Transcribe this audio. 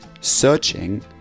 searching